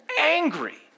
angry